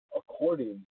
according